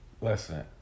Listen